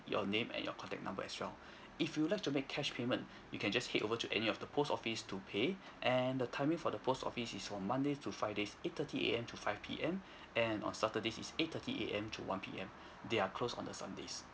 your name and your contact number as well if you would like to make cash payment you can just head over to any of the post office to pay and the timing for the post office is from monday to friday eight thirty A_M to five P_M and on saturdays is eight thirty A_M to one P_M they are close on the sundays